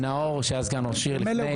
נאור, שהיה סגן ראש עיר לפני.